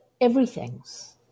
everythings